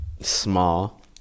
small